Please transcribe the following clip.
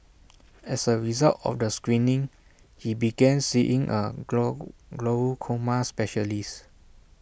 as A result of the screening he began seeing A grow glaucoma specialist